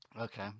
Okay